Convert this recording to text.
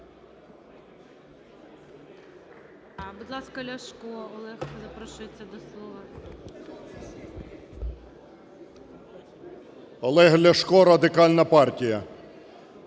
Олег Ляшко, Радикальна партія.